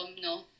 no